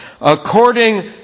according